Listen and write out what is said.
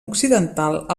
occidental